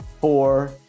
Four